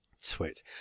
Sweet